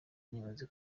rimaze